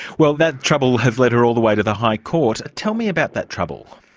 well, that trouble has led her all the way to the high court. tell me about that trouble.